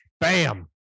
bam